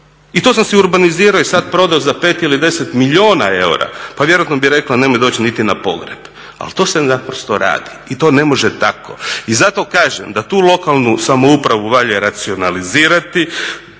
I to sam si urbanizirao i sad prodao za 5 ili 10 milijuna eura. Pa vjerojatno bi rekla nemoj doći niti na pogreb. Ali to se naprosto radi i to ne može tako. I zato kažem da tu lokalnu samoupravu valja racionalizirati.